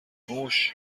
موش